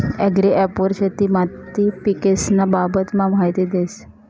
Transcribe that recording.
agri app वर शेती माती पीकेस्न्या बाबतमा माहिती देस